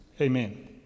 amen